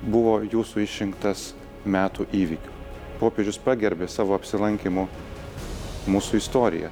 buvo jūsų išrinktas metų įvykiu popiežius pagerbė savo apsilankymu mūsų istoriją